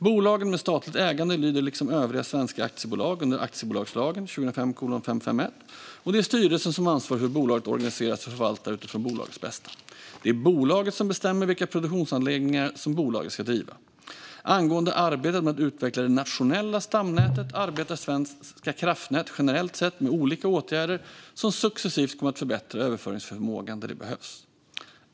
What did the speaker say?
Bolagen med statligt ägande lyder liksom övriga svenska aktiebolag under aktiebolagslagen , och det är styrelsen som har ansvar för hur bolaget organiseras och förvaltas utifrån bolagets bästa. Det är bolaget som bestämmer vilka produktionsanläggningar som bolaget ska driva. Angående arbetet med att utveckla det nationella stamnätet arbetar Svenska kraftnät generellt med olika åtgärder som successivt kommer att förbättra överföringsförmågan där det behövs.